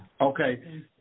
Okay